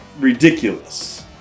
ridiculous